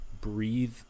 breathe